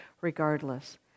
regardless